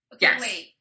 Yes